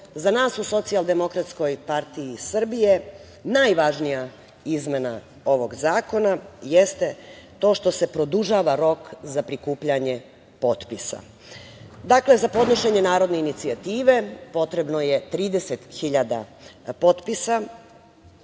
za nas u Socijaldemokratskoj partiji Srbije najvažnija izmena ovog zakona jeste to što se produžava rok za prikupljanje potpisa. Dakle, za podnošenje narodne inicijative potrebno je 30.000 potpisa,